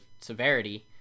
severity